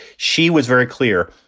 she was very clear.